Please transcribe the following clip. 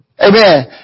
Amen